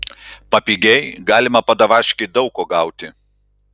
papigiaj galima padavaškėj daug ko gauti